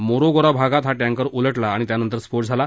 मोरोगोरा भागात हा टँकर उलटला आणि त्यानंतर स्फोट झाला